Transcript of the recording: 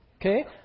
Okay